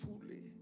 fully